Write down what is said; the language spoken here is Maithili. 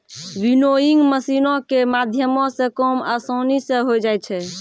विनोइंग मशीनो के माध्यमो से काम असानी से होय जाय छै